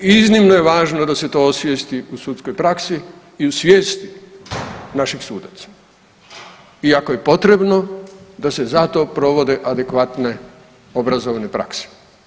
Iznimno je važno da se to osvijesti u sudskoj praksi i u svijesti naših sudaca i ako je potrebno da se za to provode adekvatne obrazovne prakse.